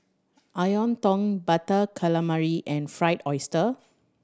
tong Butter Calamari and fry oyster